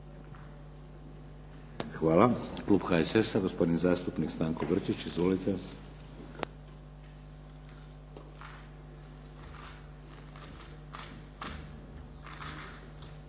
Hvala. Klub HSS-a, gospodin zastupnik Stanko Grčić. Izvolite.